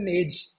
age